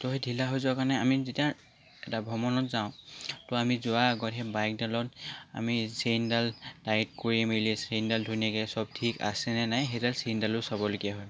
ত' সেই ঢিলা হৈ যোৱাৰ কাৰণে আমি যেতিয়া এটা ভ্ৰমণত যাওঁ ত' আমি যোৱা আগত সেই বাইকডালত আমি চেইনডাল টাইট কৰি মেলি চেইনডাল ধুনীয়াকৈ চব ঠিক আছেনে নাই সেইডাল চেইনডালো চাবলগীয়া হয়